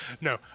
No